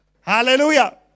Hallelujah